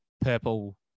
purple